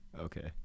okay